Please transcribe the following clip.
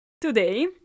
today